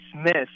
Smith